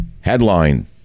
Headline